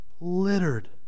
littered